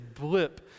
blip